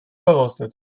verrostet